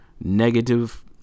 negative